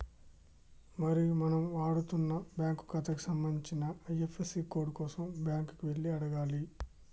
మరి మనం వాడుతున్న బ్యాంకు ఖాతాకి సంబంధించిన ఐ.ఎఫ్.యస్.సి కోడ్ కోసం బ్యాంకు కి వెళ్లి అడగాలి